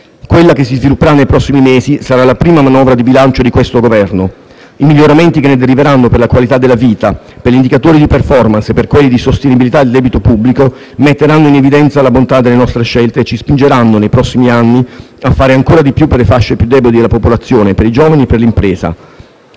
Quella che si svilupperà nei prossimi mesi sarà la prima manovra di bilancio di questo Governo. I miglioramenti che ne deriveranno per la qualità della vita, per gli indicatori di *performance* e per quelli di sostenibilità del debito pubblico metteranno in evidenza la bontà delle nostre scelte e ci spingeranno, nei prossimi anni, a fare ancora di più per le fasce più deboli della popolazione, per i giovani e per l'impresa.